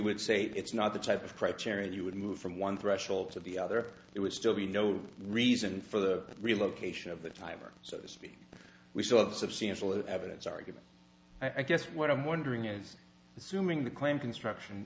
would say it's not the type of criteria you would move from one threshold to the other it would still be no reason for the relocation of the driver so to speak we still have substantial evidence argument i guess what i'm wondering is assuming the claim construction